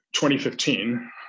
2015